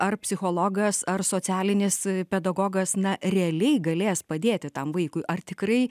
ar psichologas ar socialinis pedagogas na realiai galės padėti tam vaikui ar tikrai